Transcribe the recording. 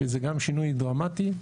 שזה גם שינוי דרמטי.